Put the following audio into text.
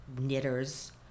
knitters